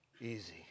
easy